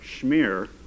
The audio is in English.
schmear